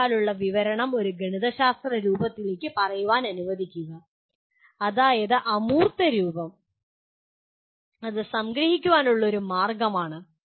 വാക്കാലുള്ള വിവരണം ഒരു ഗണിതശാസ്ത്ര രൂപത്തിലേക്ക് പറയാൻ അനുവദിക്കുക അതായത് അമൂർത്ത രൂപം അത് സംഗ്രഹിക്കാനുള്ള ഒരു മാർഗമാണ്